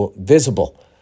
visible